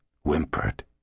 whimpered